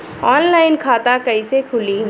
Online खाता कइसे खुली?